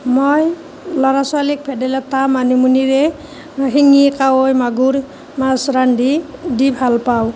মই ল'ৰা ছোৱালীক ভেদাইলতা মানিমুনিৰে শিঙি কাৱৈ মাগুৰ মাছ ৰান্ধি দি ভাল পাওঁ